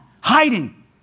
hiding